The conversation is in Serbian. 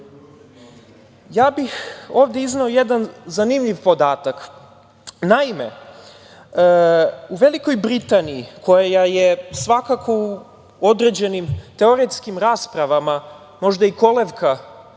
bih izneo jedan zanimljiv podatak. Naime, u Velikoj Britaniji, koja je svakako u određenim teoretskim raspravama možda i kolevka